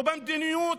ובמדיניות.